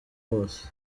bose